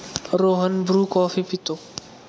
Rohan Bru coffee पितो